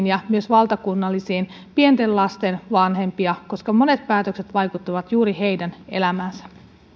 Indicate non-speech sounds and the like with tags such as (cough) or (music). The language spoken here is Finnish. (unintelligible) ja myös valtakunnallisiin päätöksentekoelimiin pienten lasten vanhempia koska monet päätökset vaikuttavat juuri heidän elämäänsä